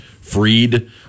Freed